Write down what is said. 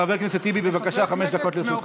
חבר הכנסת טיבי, בבקשה, חמש דקות לרשותך.